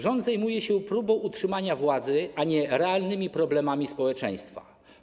Rząd zajmuje się próbą utrzymania władzy, a nie realnymi problemami społeczeństwa.